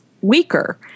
weaker